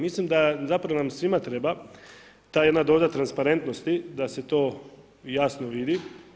Mislim da, zapravo nam svima treba ta jedna doza transparentnosti da se to jasno vidi.